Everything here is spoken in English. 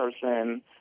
person